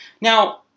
Now